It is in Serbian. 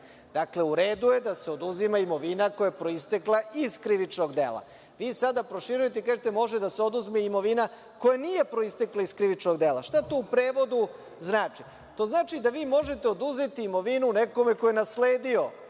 Dakle, u redu je da se oduzima imovina koja je proistekla iz krivičnog dela. Vi sada proširujete i kažete – može da se oduzme imovina koja nije proistekla iz krivičnog dela. Šta to u prevodu znači? To znači da vi možete oduzeti imovinu nekome ko je nasledio